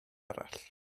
arall